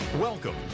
welcome